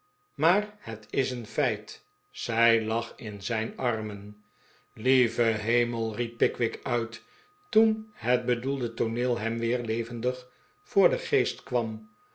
maar het is een felt zij lag in zijn armen lieve hemel riep pickwick uit toen het bedoelde tooneel hem weer levendig voor den geest kwam